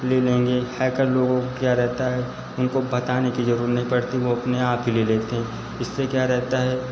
ले लेंगे हैकर लोगों को क्या रहता है उनको बताने की ज़रुरत नहीं पड़ती वह अपने आप ही ले लेते हैं इससे क्या रहता है